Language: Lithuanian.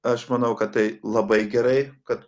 aš manau kad tai labai gerai kad